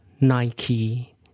Nike